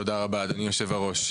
תודה רבה, אדוני יושב הראש.